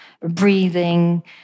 breathing